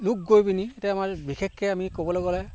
লোক গৈ পিনি এতিয়া আমাৰ বিশেষকৈ আমি ক'বলৈ গ'লে